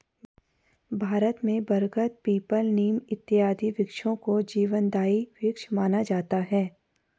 भारत में बरगद पीपल नीम इत्यादि वृक्षों को जीवनदायी वृक्ष माना जाता है